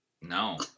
No